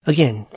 Again